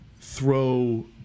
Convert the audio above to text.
throw